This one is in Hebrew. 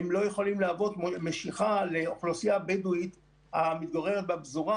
הם לא יכולים להוות מוקד משיכה לאוכלוסייה הבדואית המתגוררת בפזורה.